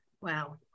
wow